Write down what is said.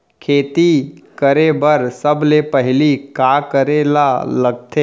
खेती करे बर सबले पहिली का करे ला लगथे?